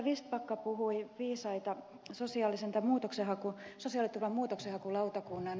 vistbacka puhui viisaita sosiaaliturvan muutoksenhakulautakunnan asioista